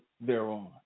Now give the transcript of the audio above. thereon